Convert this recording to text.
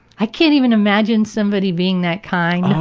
i can't even imagine somebody being that kind,